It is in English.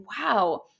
wow